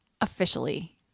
officially